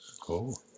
Cool